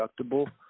deductible